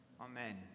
Amen